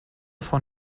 von